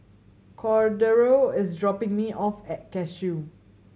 Cordero is dropping me off at Cashew